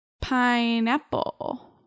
Pineapple